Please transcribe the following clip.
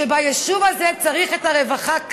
שביישוב הזה צריך את הרווחה כך,